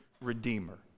redeemer